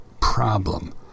problem